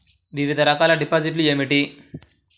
వివిధ రకాల డిపాజిట్లు ఏమిటీ?